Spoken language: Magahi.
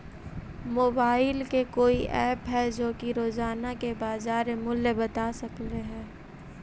मोबाईल के कोइ एप है जो कि रोजाना के बाजार मुलय बता सकले हे?